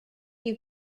you